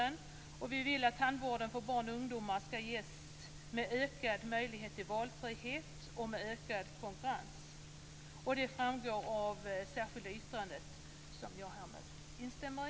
Vi i Centerpartiet vill att tandvård för barn och ungdomar skall ges med ökad valfrihet och ökad konkurrens. Det framgår av det särskilda yttrandet, som jag härmed instämmer i.